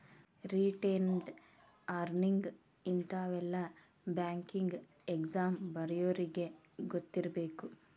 retained earnings ಇಂತಾವೆಲ್ಲ banking exam ಬರ್ಯೋರಿಗಿ ಗೊತ್ತಿರ್ಬೇಕು